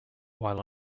while